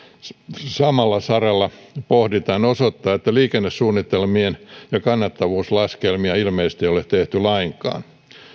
samalla saralla pohditaan osoittaa että liikennesuunnitelmia ja kannattavuuslaskelmia ei ilmeisesti ole tehty lainkaan